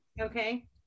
okay